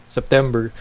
September